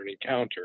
encounter